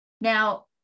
Now